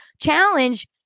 challenge